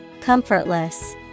Comfortless